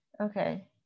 okay